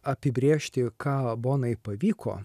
apibrėžti ką bonai pavyko